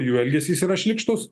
jų elgesys yra šlykštūs